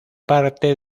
parte